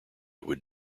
would